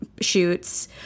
shoots